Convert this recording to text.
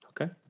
Okay